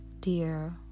Dear